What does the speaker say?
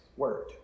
word